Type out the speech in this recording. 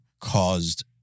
caused